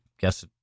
guess